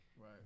right